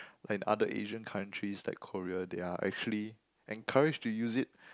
like in other Asian countries like Korea they are actually encouraged to use it